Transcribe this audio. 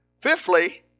Fifthly